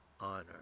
honor